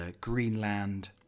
Greenland